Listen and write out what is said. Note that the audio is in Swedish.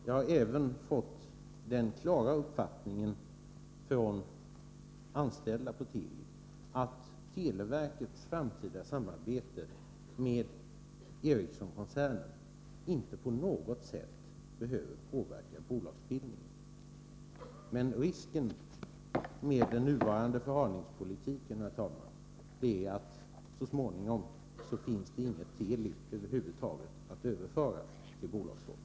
Jag har även från anställda på Teli fått den klara uppfattningen att televerkets framtida samarbete med Ericssonkoncernen inte på något sätt behöver påverka bolagsbildningen. Men risken med den nuvarande förhalningspolitiken, herr talman, är att så småningom finns det inget Teli över huvud taget att överföra i bolagsform.